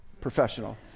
Professional